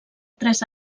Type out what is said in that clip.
tres